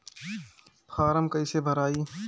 Form कईसे भराई?